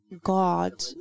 God